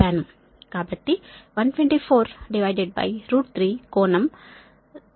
కాబట్టి 1243 కోణం 0 డిగ్రీ ల KV